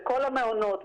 בכל המעונות,